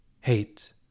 hate